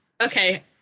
Okay